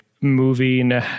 Moving